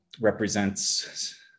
represents